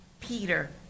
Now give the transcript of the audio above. Peter